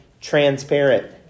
transparent